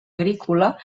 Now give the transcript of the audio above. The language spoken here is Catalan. agrícola